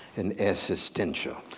and existential.